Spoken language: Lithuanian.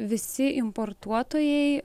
visi importuotojai